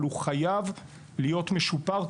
אבל הוא חייב להיות משופר,